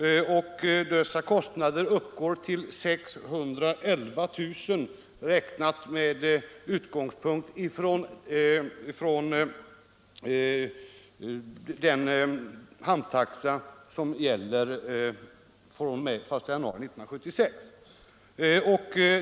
Kostnaderna uppgår till 611 000 kr. räknat med utgångspunkt i den hamntaxa som gäller fr.o.m. den 1 januari 1976.